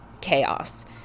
chaos